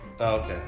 Okay